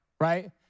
right